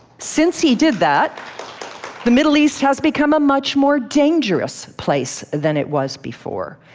since he did that the middle east has become a much more dangerous place than it was before.